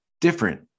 different